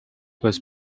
was